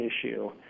issue